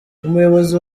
umuyobozi